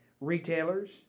retailers